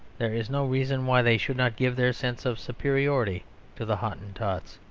there is no reason why they should not give their sense of superiority to the hottentots.